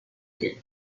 dinner